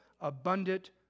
abundant